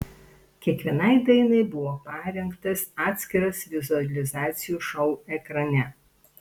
kiekvienai dainai buvo parengtas atskiras vizualizacijų šou ekrane